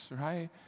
right